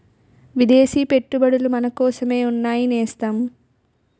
విదేశీ పెట్టుబడులు మనకోసమే ఉన్నాయి నేస్తం